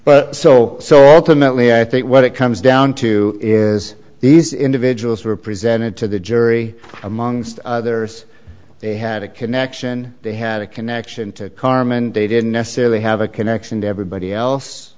but so alternately i think what it comes down to is these individuals were presented to the jury amongst others they had a connection they had a connection to carmen they didn't necessarily have a connection to everybody else